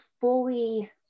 fully